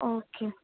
okay